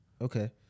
Okay